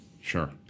sure